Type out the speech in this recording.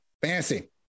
fancy